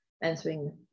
answering